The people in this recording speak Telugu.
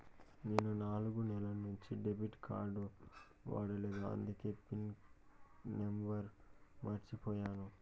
నేను నాలుగు నెలల నుంచి డెబిట్ కార్డ్ వాడలేదు అందికే పిన్ నెంబర్ మర్చిపోయాను